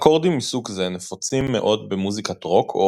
אקורדים מסוג זה נפוצים מאוד במוזיקת רוק או